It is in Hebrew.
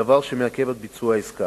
דבר שמעכב את ביצוע העסקה.